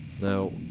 Now